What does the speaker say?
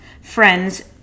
friends